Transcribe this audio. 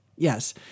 Yes